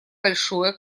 большое